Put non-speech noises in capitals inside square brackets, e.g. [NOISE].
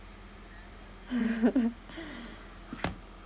[LAUGHS]